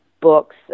books